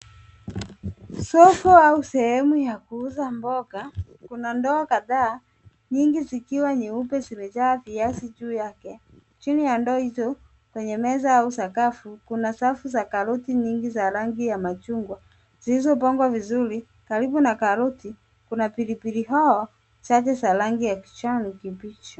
Soko au sehemu ya kuuza mboga, kuna ndoa kadhaa, nyingi zikiwa nyeupe zimejaa viazi juu yake. Chini ya ndoo hizo, kwenye meza au sakafu ,kuna safu za karoti nyingi za rangi ya machungwa, zilizopangwa vizuri. Karibu na karoti ,kuna pilipili hoho chache za rangi ya kijani kibichi.